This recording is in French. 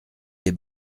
des